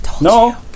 No